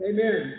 Amen